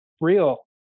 real